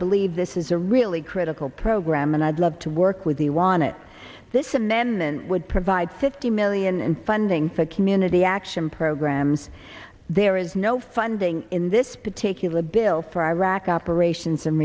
believe this is a really critical program and i'd love to work with he won it this amendment would provide fifty million in funding for community action programs there is no funding in this particular bill for iraq operations and